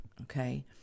okay